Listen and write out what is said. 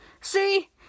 See